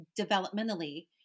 developmentally